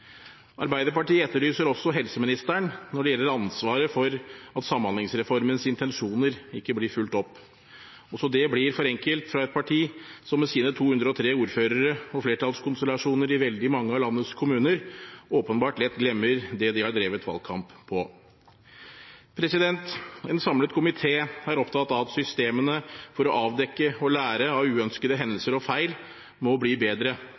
Arbeiderpartiet etterlyser også helseministeren når det gjelder ansvaret for at samhandlingsreformens intensjoner ikke blir fulgt opp. Også det blir for enkelt fra et parti som med sine 203 ordførere og flertallskonstellasjoner i veldig mange av landets kommuner åpenbart lett glemmer det de har drevet valgkamp på. En samlet komité er opptatt av at systemene for å avdekke og lære av uønskede hendelser og feil må bli bedre